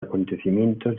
acontecimientos